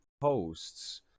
posts